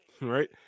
Right